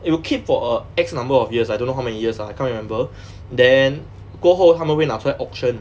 it will keep for a X number of years I don't know how many years ah I can't remember then 过后他们会拿出来 auction